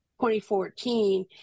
2014